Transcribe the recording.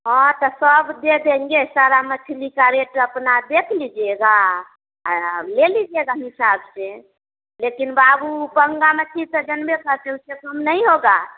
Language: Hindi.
हाँ तो सब दे देंगे सारा मछली का रेट अपना देख लीजिएगा ले लीजिएगा हिसाब से लेकिन बाबू पंगा मछली सेजन में था तो उससे कम नहीं होगा